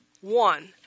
one